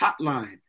Hotline